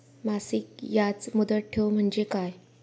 मासिक याज मुदत ठेव म्हणजे काय?